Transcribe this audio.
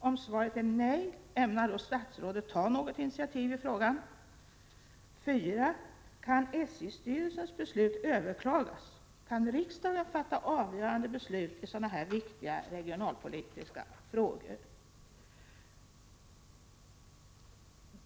Om svaret är nej, ämnar då statsrådet ta något initiativ i frågan? 4. Kan SJ-styrelsens beslut överklagas? Kan riksdagen fatta avgörande beslut i sådana här viktiga regionalpolitiska frågor?